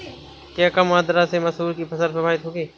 क्या कम आर्द्रता से मसूर की फसल प्रभावित होगी?